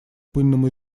пыльному